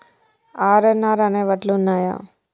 RNR అనే వడ్లు ఉన్నయా?